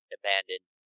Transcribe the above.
abandoned